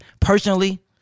Personally